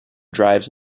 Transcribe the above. drives